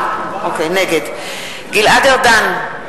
נגד גלעד ארדן,